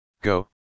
Go